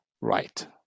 right